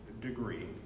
degree